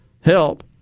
help